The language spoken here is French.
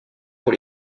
pour